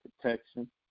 protection